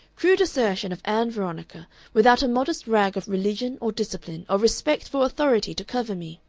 crude assertion of ann veronica, without a modest rag of religion or discipline or respect for authority to cover me!